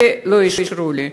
ולא אישרו לי.